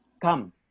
Come